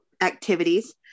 activities